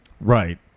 right